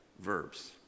verbs